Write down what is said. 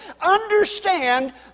understand